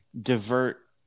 divert